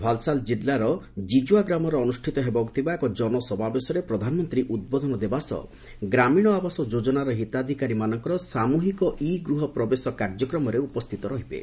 ଭାଲସାଦ୍ କିଲ୍ଲାର ଜିଜୁଆଗ୍ରାମରେ ଅନୁଷ୍ଠିତ ହେବାକୁ ଥିବା ଏକ ଜନସମାବେଶରେ ପ୍ରଧାନମନ୍ତ୍ରୀ ଉଦ୍ବୋଧନ ଦେବା ସହ ଗ୍ରାମୀଣ ଆବାସ ଯୋଜନାର ହିତାଧିକାରୀମାନଙ୍କର ସାମୁହିକ ଇ ଗୃହ ପ୍ରବେଶ କାର୍ଯ୍ୟକ୍ରମରେ ଉପସ୍ଥିତ ରହିବେ